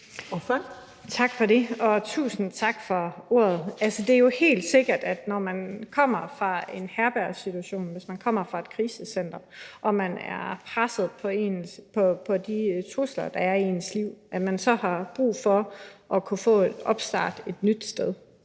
Fabricius (S): Tusind tak for ordet. Det er jo helt sikkert, at hvis man kommer fra en herbergssituation og kommer fra et krisecenter og er presset på grund af de trusler, der er i ens liv, har man brug for at kunne få en opstart et nyt sted.